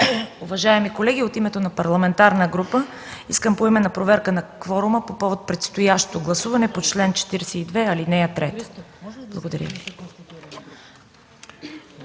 уважаеми колеги! От името на Парламентарната група искам поименна проверка на кворума по повод предстоящото гласуване по чл. 42, ал. 3. Благодаря